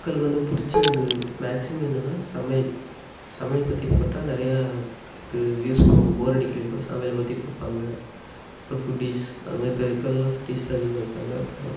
மக்களுக்கு வந்து பிடிச்ச என்னது மேக்ஸிமம் என்னன்னால் சமையல் சமையல் பற்றி போட்டால் நிறைய இது வியூஸ் போகும் போரடிக்கிறவங்க கூட சமையலை பற்றி பார்ப்பாங்க அடுத்து ஃபுட்டீஸ் அது மாதிரி இப்போ இருக்கிறவங்கலாம் ஃபுட்டீஸ் தான் அதிகமாக இருக்காங்க அப்புறம்